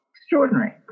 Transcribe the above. extraordinary